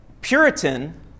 Puritan